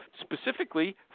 specifically